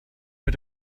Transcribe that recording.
mit